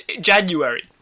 January